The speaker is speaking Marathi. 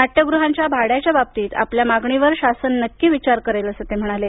नाट्यगृहांच्या भाड्याच्या बाबतीत आपल्या मागणीवर शासन नक्की विचार करेल असं ते म्हणाले